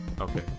Okay